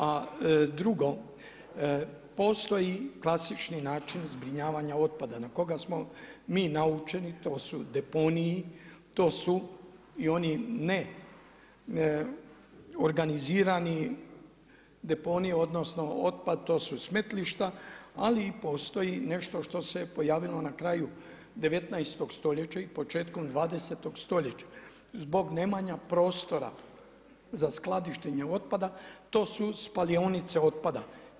A drugo, postoji klasični način zbrinjavanja otpada na koga smo mi naučeni, to su deponiji, to su i oni ne organizirani deponiji odnosno otpad, to su smetlišta, ali postoji nešto što se pojavilo na kraju 19. stoljeća i početkom 20. stoljeća zbog nemanja prostora za skladištenje otpada, to su spalionice otpada.